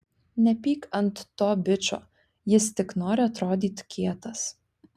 nepyk ant to bičo jis tik nori atrodyt kietas